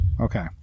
Okay